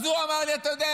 אז הוא אמר לי: אתה יודע,